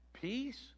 Peace